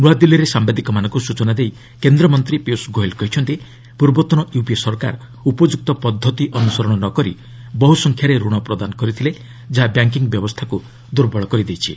ନୂଆଦିଲ୍ଲୀରେ ସାମ୍ବାଦିକମାନଙ୍କୁ ସ୍ବଚନା ଦେଇ କେନ୍ଦ୍ରମନ୍ତ୍ରୀ ପିୟୁଷ ଗୋୟଲ୍ କହିଛନ୍ତି ପୂର୍ବତନ ୟୁପିଏ ସରକାର ଉପଯୁକ୍ତ ପଦ୍ଧତି ଅନୁସରଣ ନ କରି ବହୁସଂଖ୍ୟାରେ ଋଣ ପ୍ରଦାନ କରିଥିଲେ ଯାହା ବ୍ୟାଙ୍କିଙ୍ଗ୍ ବ୍ୟବସ୍ଥାକୁ ଦୁର୍ବଳ କରିଦେଇଛି